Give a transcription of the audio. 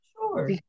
Sure